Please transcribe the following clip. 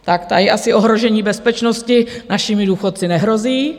Tady asi ohrožení bezpečnosti našimi důchodci nehrozí.